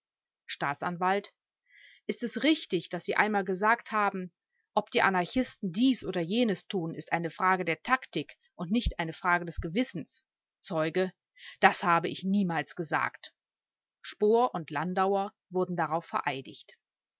staatsanwalt ist es richtig daß sie einmal gesagt haben ob die anarchisten dies oder jenes tun ist eine frage der taktik und nicht eine frage des gewissens zeuge das habe ich niemals gesagt spohr und landauer wurden darauf vereidigt